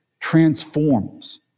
transforms